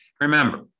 remember